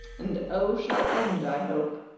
and o shall end, i hope.